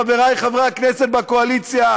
חברי חברי הכנסת בקואליציה,